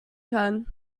kann